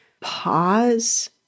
pause